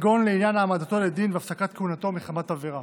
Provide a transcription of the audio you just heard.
כגון לעניין העמדתו לדין והפסקת כהונתו מחמת עבירה.